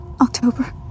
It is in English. October